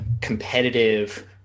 competitive